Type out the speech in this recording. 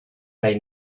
they